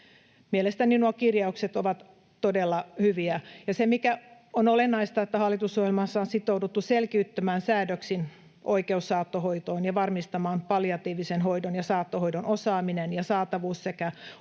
Mielestäni nuo kirjaukset ovat todella hyviä, ja olennaista on se, että hallitusohjelmassa on sitouduttu selkiyttämään säädöksin oikeus saattohoitoon ja varmistamaan palliatiivisen hoidon ja saattohoidon osaaminen ja saatavuus sekä omaisten